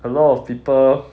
a lot of people